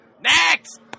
Next